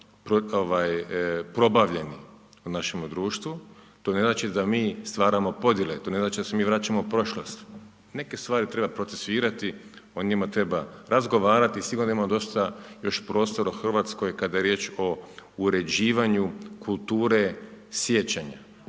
probavljeni u našemu društvu, to ne znači da mi stvaramo podjele, to ne znači da se mi vraćamo prošlosti. Neke stvari treba procesuirati, o njima treba razgovarati i sigurno da imamo dosta još prostora u Hrvatskoj kada je riječ o uređivanju kulture sjećanja.